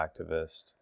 activist